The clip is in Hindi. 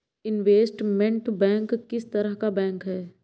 इनवेस्टमेंट बैंक किस तरह का बैंक है?